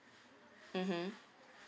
mmhmm